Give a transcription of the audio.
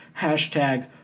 Hashtag